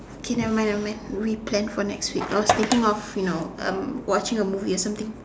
okay never mind never mind we plan for next week I was thinking of you know um watching a movie or something